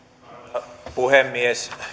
arvoisa puhemies